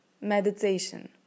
meditation